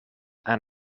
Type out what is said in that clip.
aan